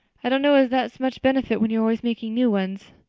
i don't know as that's much benefit when you're always making new ones.